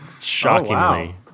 Shockingly